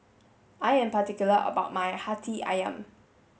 I am particular about my Hati Ayam